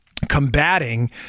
Combating